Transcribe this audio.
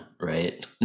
right